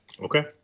Okay